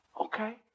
Okay